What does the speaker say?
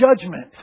judgment